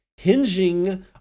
Hinging